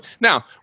Now